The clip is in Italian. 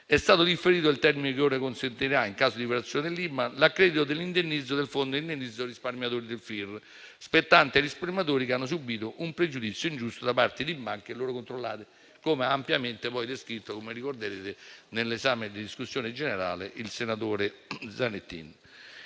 È stato differito il termine che ora consentirà, in caso di variazione dell’IBAN, l’accredito dell’indennizzo del fondo indennizzo risparmiatori (FIR), spettante ai risparmiatori che hanno subito un pregiudizio ingiusto da parte di banche e loro controllate, come ampiamente illustrato in discussione generale dal senatore Zanettin.